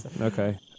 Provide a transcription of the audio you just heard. Okay